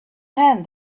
hand